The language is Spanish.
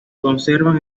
conservan